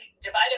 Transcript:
divided